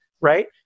right